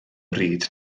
bryd